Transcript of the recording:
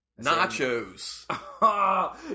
Nachos